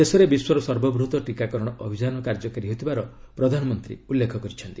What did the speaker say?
ଦେଶରେ ବିଶ୍ୱର ସର୍ବବୃହତ ଟିକାକରଣ ଅଭିଯାନ କାର୍ଯ୍ୟକାରୀ ହେଉଥିବାର ପ୍ରଧାନମନ୍ତ୍ରୀ ଉଲ୍ଲେଖ କରିଛନ୍ତି